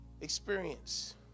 experience